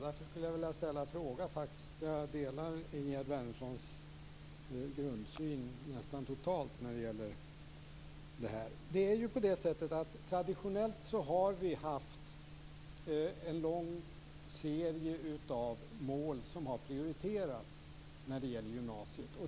Därför skulle jag vilja ställa en fråga, även om jag delar Ingegerd Wärnerssons grundsyn nästan totalt. Traditionellt har vi haft en lång serie av mål som prioriterats i gymnasiet.